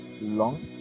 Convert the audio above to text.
long